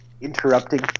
interrupting